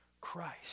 Christ